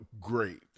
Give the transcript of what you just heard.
great